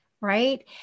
right